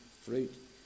fruit